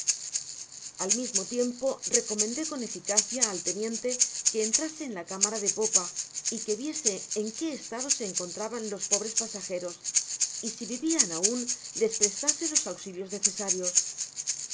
al mismo tiempo recomendé con eficacia al teniente que entrase en la cámara de popa y que viese en qué estado se encontraban los pobres pa sageros y si vivian aun les prestase los auxilios necesarios